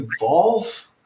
evolve